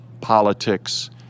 politics